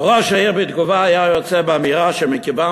וראש העיר בתגובה היה יוצא באמירה שמכיוון